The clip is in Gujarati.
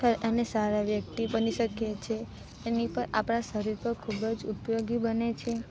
ખેર અને સારા વ્યક્તિ બની શકીએ છે એની ઉપર આપણાં શરીર ઉપર ખૂબ જ ઉપયોગી બને છે